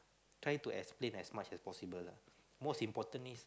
try to explain as much as possible most important is